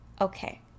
Okay